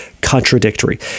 contradictory